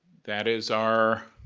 that is our